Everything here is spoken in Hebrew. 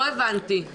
לא הבנתי.